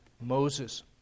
Moses